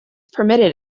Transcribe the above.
permitted